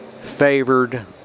favored